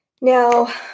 Now